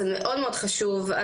זה מאוד מאוד חשוב.